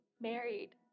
married